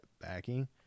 backing